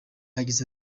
yagize